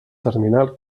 terminal